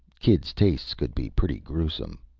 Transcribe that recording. kids' tastes could be pretty gruesome.